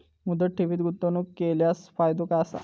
मुदत ठेवीत गुंतवणूक केल्यास फायदो काय आसा?